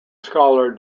scholar